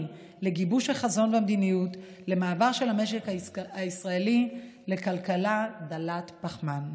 לגיבוש החזון והמדיניות למעבר של המשק הישראלי לכלכלה דלת פחמן.